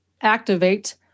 activate